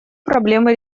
проблемы